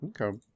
Okay